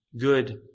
good